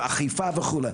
אכיפה וכו'.